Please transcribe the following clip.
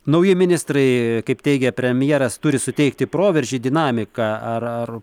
nauji ministrai kaip teigia premjeras turi suteikti proveržį dinamiką ar ar